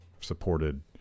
supported